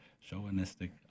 chauvinistic